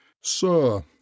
Sir